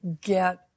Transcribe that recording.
get